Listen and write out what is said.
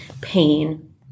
pain